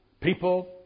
people